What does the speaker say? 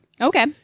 Okay